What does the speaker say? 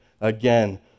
again